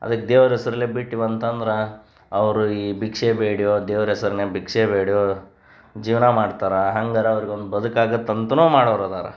ಅದೇ ದೇವ್ರ ಹೆಸ್ರಲ್ಲೆ ಬಿಟ್ವಿ ಅಂತಂದ್ರೆ ಅವರು ಈ ಭಿಕ್ಷೆ ಬೇಡಿಯೋ ದೇವ್ರ ಹೆಸರ್ನ್ಯಾಗ್ ಭಿಕ್ಷೆ ಬೇಡಿಯೋ ಜೀವನ ಮಾಡ್ತಾರೆ ಹಂಗಾರೂ ಅವ್ರಿಗೆ ಒಂದು ಬದುಕು ಆಗತ್ತೆ ಅಂತಲೂ ಮಾಡೋವ್ರು ಇದಾರೆ